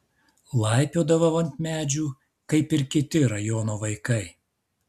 laipiodavau ant medžių kaip ir kiti rajono vaikai